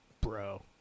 bro